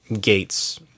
Gates